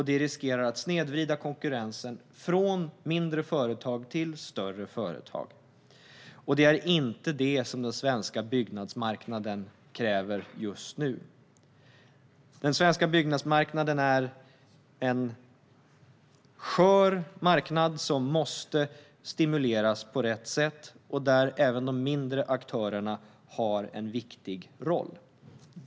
Det riskerar att snedvrida konkurrensen från mindre företag till större företag, och det är inte detta som den svenska byggnadsmarknaden kräver just nu. Den svenska byggnadsmarknaden är en skör marknad som måste stimuleras på rätt sätt och där även de mindre aktörerna har en viktig roll.